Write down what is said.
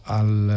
al